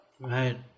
right